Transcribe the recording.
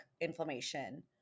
inflammation